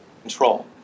control